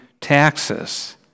taxes